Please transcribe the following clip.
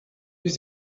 ist